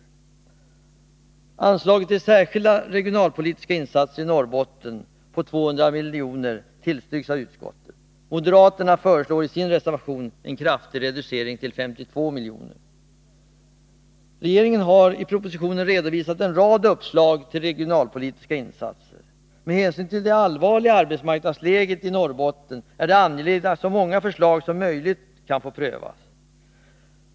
Anslaget till särskilda regionalpolitiska insatser i Norrbotten på 200 milj.kr. tillstyrks av utskottet. Moderaterna föreslår i sin reservation en kraftig reducering till 52 miljoner. Regeringen har i propositionen redovisat en rad uppslag till regionalpolitiska insatser. Med hänsyn till det allvarliga arbetsmarknadsläget i Norrbotten är det angeläget att så många förslag som möjligt kan få prövas.